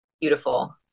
beautiful